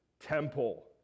temple